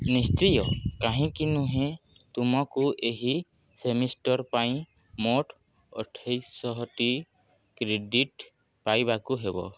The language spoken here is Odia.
ନିଶ୍ଚୟ କାହିଁକି ନୁହେଁ ତୁମକୁ ଏହି ସେମିଷ୍ଟର୍ ପାଇଁ ମୋଟ ଅଠେଇଶ ଶହଟି କ୍ରେଡ଼ିଟ୍ ପାଇବାକୁ ହେବ